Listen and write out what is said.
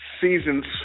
Seasons